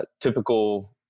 typical